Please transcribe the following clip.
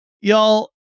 y'all